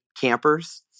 campers